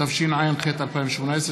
התשע"ח 2018,